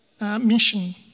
mission